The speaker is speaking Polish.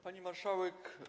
Pani Marszałek!